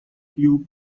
few